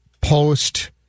post